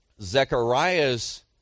Zechariah's